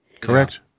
Correct